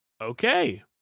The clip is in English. okay